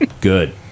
good